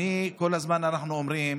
כל הזמן אנחנו אומרים,